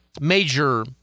major